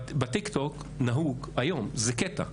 בטיק-טוק נהוג היום, זה קטע.